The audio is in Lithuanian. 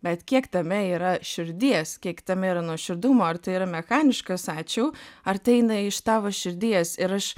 bet kiek tame yra širdies kiek tame yra nuoširdumo ar tai yra mechaniškas ačiū ar tai eina iš tavo širdies ir aš